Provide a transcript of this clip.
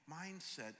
mindset